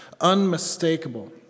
unmistakable